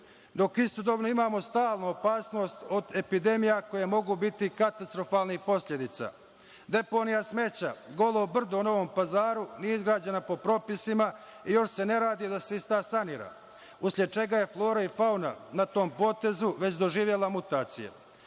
Dok istodobno imamo stalno opasnost od epidemija koje mogu biti katastrofalnih posledica. Deponija smeća Golo brdo u Novom Pazaru nije izgrađena po propisima i još se ne radi da se ista sanira, usled čega je flora i fauna na tom potezu već doživela mutacije.